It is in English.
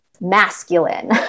masculine